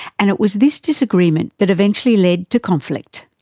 and it was this disagreement that eventually led to conflict.